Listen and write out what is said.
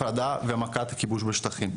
הפרדה ומכת הכיבוש בשטחים,